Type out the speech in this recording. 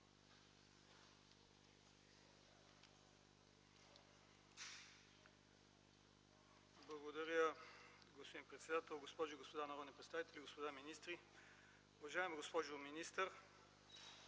Благодаря господин председател, госпожи и господа народни представители, господа министри. Уважаема госпожо министър,